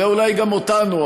ואולי גם אותנו,